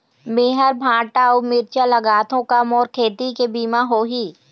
मेहर भांटा अऊ मिरचा लगाथो का मोर खेती के बीमा होही?